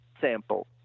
sample